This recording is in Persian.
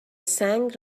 سنگ